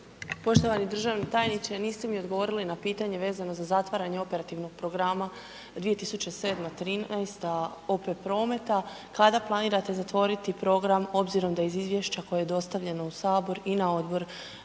Poštovani državni tajniče, niste mi odgovorili na pitanje vezano za zatvaranje Operativnog programa 2007.-2013., OP Prometa, kada planirate zatvoriti Program obzirom da je iz Izvješća koje je dostavljeno u Sabor i na Odbor